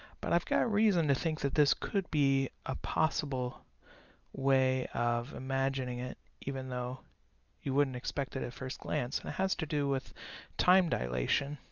but i've got reason to think that this could be a possible way of imagining it, even though you wouldn't expect it at first glance, and it has to do with time dilation